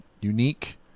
unique